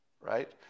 right